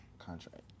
contract